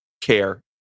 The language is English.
care